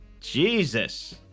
Jesus